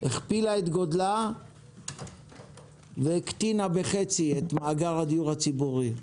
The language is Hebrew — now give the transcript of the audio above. הכפילה את גודלה והקטינה בחצי את מאגר הדיור הציבורי.